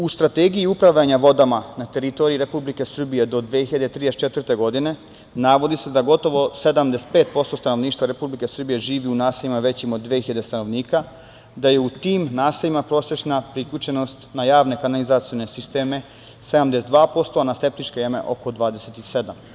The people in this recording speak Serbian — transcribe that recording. U Strategiji upravljanja vodama na teritoriji Republike Srbije do 2034. godine navodi se da gotovo 75% stanovništva Republike Srbije živi u naseljima većim od 2.000 stanovnika, da je u tim naseljima prosečna priključenost na javne kanalizacione sisteme 72%, a na septičke jame oko 27%